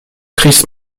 chris